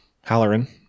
Halloran